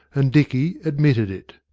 and dicky admitted it.